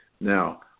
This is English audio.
Now